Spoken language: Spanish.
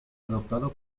adoptado